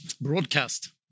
broadcast